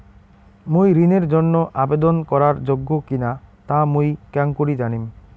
মুই ঋণের জন্য আবেদন করার যোগ্য কিনা তা মুই কেঙকরি জানিম?